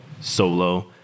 solo